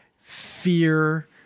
fear